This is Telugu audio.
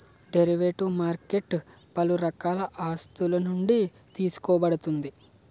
డెరివేటివ్ మార్కెట్ పలు రకాల ఆస్తులునుండి తీసుకోబడుతుంది